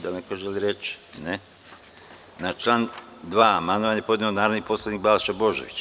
Da li neko želi reč? (Ne) Na član 2. amandman je podneo narodni poslanik Balša Božović.